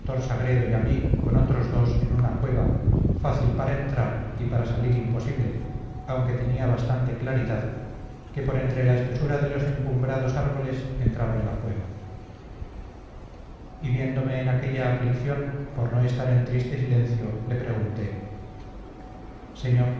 sagredo y a mí con otros dos en una cueva fácil para entrar y para salir imposible aunque tenía bastante claridad que por entre la espesura de los encumbrados árboles entraba en la cueva y viéndome en aquella aflicción por no estar en triste silencio le pregunté señor